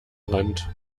rand